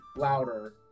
Louder